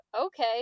okay